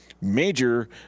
major